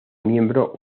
miembro